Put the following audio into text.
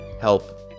help